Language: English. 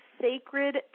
sacred